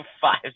five